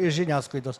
iš žiniasklaidos